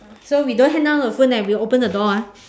so we don't hang up her phone eh we open the door ah